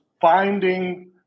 finding